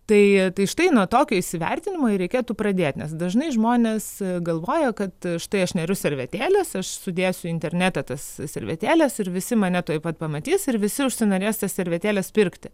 tai tai štai nuo tokio įsivertinimo ir reikėtų pradėt nes dažnai žmonės galvoja kad štai aš neriu servetėles aš sudėsiu internete tas servetėles ir visi mane tuoj pat pamatys ir visi užsinorės tas servetėles pirkti